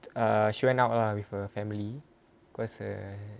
ah she went out lah with her family cause err